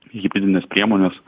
hibridinės priemonės